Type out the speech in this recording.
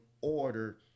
order